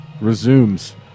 resumes